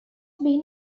been